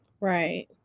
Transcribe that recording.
Right